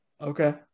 okay